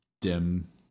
dim